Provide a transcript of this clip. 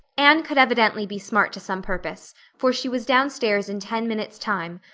anne could evidently be smart to some purpose for she was down-stairs in ten minutes' time,